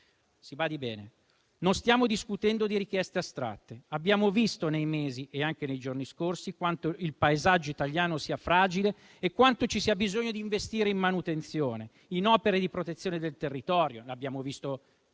Si badi bene, non stiamo discutendo di richieste astratte. Abbiamo visto nei mesi e anche nei giorni scorsi quanto il paesaggio italiano sia fragile e quanto ci sia bisogno di investire in manutenzione, in opere di protezione del territorio, come abbiamo visto prima